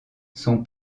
son